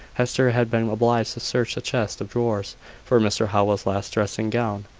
hester had been obliged to search a chest of drawers for mr howell's last dressing-gown,